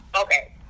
Okay